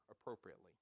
appropriately